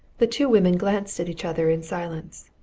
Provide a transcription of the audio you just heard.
the two women glanced at each other in silence.